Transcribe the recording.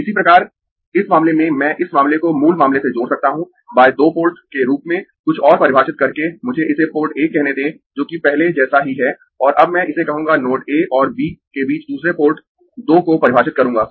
इसी प्रकार इस मामले में मैं इस मामले को मूल मामले से जोड़ सकता हूं दो पोर्ट के रूप में कुछ और परिभाषित करके मुझे इसे पोर्ट एक कहने दें जोकि पहले जैसा ही है और अब मैं इसे कहूँगा नोड a और b के बीच दूसरे पोर्ट दो को परिभाषित करूंगा